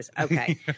Okay